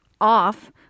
off